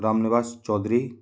Ram Niwas Chaudhary